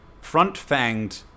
front-fanged